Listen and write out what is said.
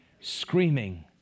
screaming